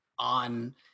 on